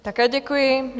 Také děkuji.